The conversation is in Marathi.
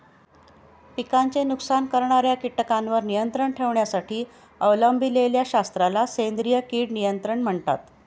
पिकांचे नुकसान करणाऱ्या कीटकांवर नियंत्रण ठेवण्यासाठी अवलंबिलेल्या शास्त्राला सेंद्रिय कीड नियंत्रण म्हणतात